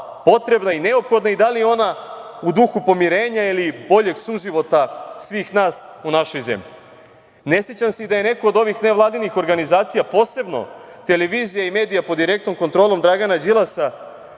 potrebna i neophodna i da li je ona u duhu pomirenja ili boljeg suživota svih nas u našoj zemlji. Ne sećam se ni da je neko od ovih nevladinih organizacija, posebno televizije i medija pod direktnom kontrolom Dragana Đilasa,